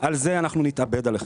ועל זה אנחנו נתאבד עליכם.